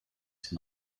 sie